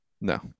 No